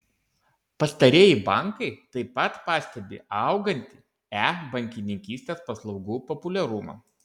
pastarieji bankai taip pat pastebi augantį e bankininkystės paslaugų populiarumą